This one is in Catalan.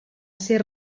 ser